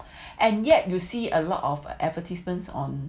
and yet you will see a lot of advertisements on